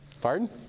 Pardon